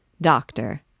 Doctor